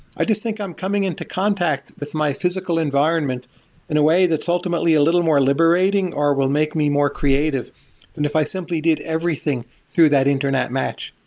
i just think i'm coming into contact with my physical environment in a way that's ultimately a little more liberating or will make me more creative than if i simply did everything through that internet match.